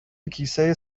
کیسه